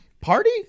Party